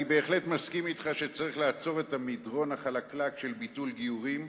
אני בהחלט מסכים אתך שצריך לעצור את המדרון החלקלק של ביטול גיורים,